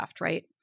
right